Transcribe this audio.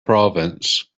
province